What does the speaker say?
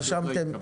הצבעה לא אושר.